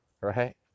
right